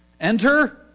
Enter